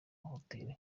mahoteli